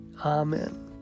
Amen